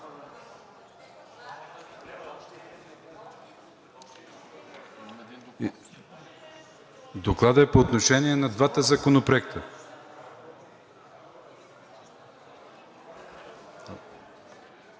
Докладът е по отношение на двата законопроекта.